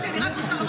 נכון, גם בתפיסתי.